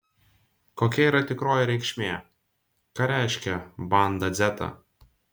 kokia yra tikroji reikšmė ką reiškia banda dzeta